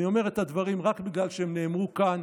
אני אומר את הדברים רק בגלל שהם נאמרו כאן,